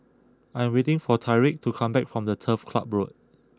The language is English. I am waiting for Tyreek to come back from Turf Club Road